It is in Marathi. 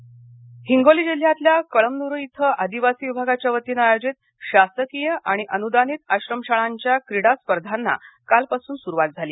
क्रीडा स्पर्धा हिंगोली जिल्ह्यातल्या कळमनुरी इथे आदिवासी विभागाच्या वतीनं आयोजित शासकीय आणि अनुदानित आश्रमशाळांच्या क्रीडा स्पर्धांना कालपासून सुरुवात झाली